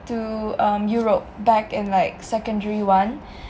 to um europe back in like secondary one